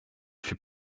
fut